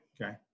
Okay